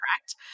correct